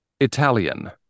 Italian